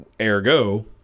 Ergo